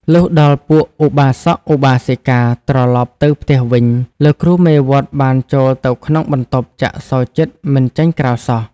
លុះដល់ពួកឧបាសកឧបាសិកាត្រឡប់ទៅផ្ទះវិញ លោកគ្រូមេវត្តបានចូលទៅក្នុងបន្ទប់ចាក់សោជិតមិនចេញក្រៅសោះ។